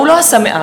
לא, הוא לא עשה מעט.